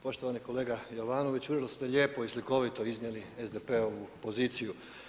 Poštovani kolega Jovanović, vrlo ste lijepo i slikovito iznijeli SDP-ovu poziciju.